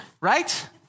right